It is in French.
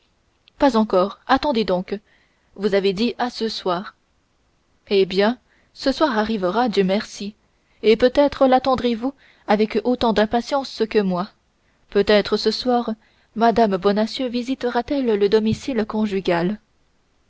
pas encore attendez donc vous avez dit à ce soir eh bien ce soir arrivera dieu merci et peut-être l'attendezvous avec autant d'impatience que moi peut-être ce soir mme bonacieux visitera t elle le domicile conjugal